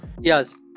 Yes